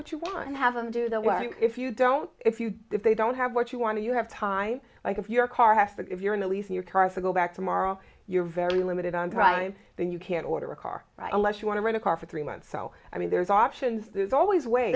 what you want and have them do the work if you don't if you if they don't have what you want to you have time like if your car has that if you're in the least your car is to go back tomorrow you're very limited on time then you can't order a car unless you want to rent a car for three months so i mean there's options there's always wa